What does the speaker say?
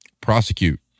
Prosecute